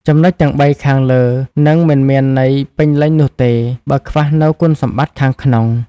ចំណុចទាំងបីខាងលើ នឹងមិនមានន័យពេញលេញនោះទេ បើខ្វះនូវគុណសម្បត្តិខាងក្នុង។